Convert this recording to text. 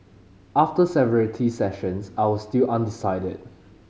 after several tea sessions I was still undecided